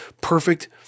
perfect